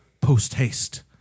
post-haste